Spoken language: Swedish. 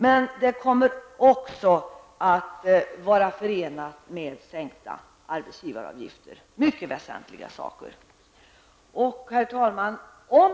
Förslaget kommer också att innefatta sänkta arbetsgivaravgifter. Allt detta är väsentliga saker. Herr talman!